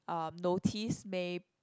um notice maybe